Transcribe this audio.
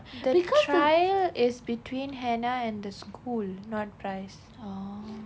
the trial is between hannah and the school not bryce or